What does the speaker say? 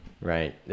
Right